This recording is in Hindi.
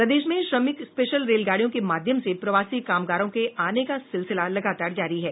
प्रदेश में श्रमिक स्पेशल रेलगाड़ियों के माध्यम से प्रवासी कामगारों के आने का सिलसिला लगातार जारी है